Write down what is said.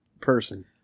person